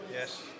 Yes